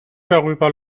darüber